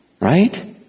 Right